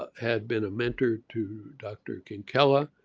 had been a mentor to dr. ken kella,